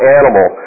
animal